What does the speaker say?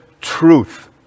truth